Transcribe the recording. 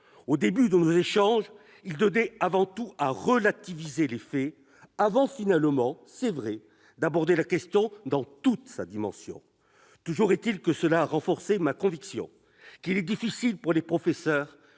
Au début de nos échanges, ils tenaient avant tout à relativiser les faits avant, finalement, d'aborder la question dans toute sa dimension. Toujours est-il que cela a renforcé ma conviction qu'il est difficile pour les professeurs